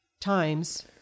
times